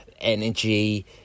energy